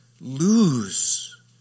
lose